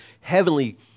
heavenly